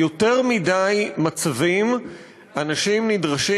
ביותר מדי מצבים אנשים נדרשים,